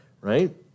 right